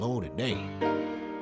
today